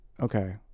Okay